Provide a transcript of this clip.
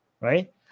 right